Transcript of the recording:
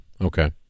Okay